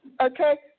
okay